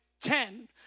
ten